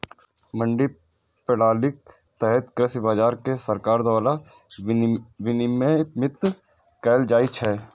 मंडी प्रणालीक तहत कृषि बाजार कें सरकार द्वारा विनियमित कैल जाइ छै